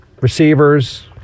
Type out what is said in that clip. receivers